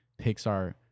Pixar